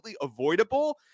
avoidable